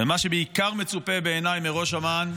מה שבעיקר מצופה בעיניי מראש אמ"ן,